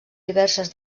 diverses